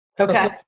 Okay